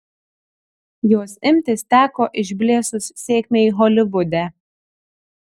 jos imtis teko išblėsus sėkmei holivude